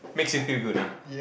makes you feel good ah